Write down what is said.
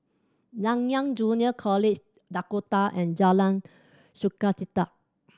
Nanyang Junior College Dakota and Jalan Sukachita